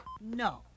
No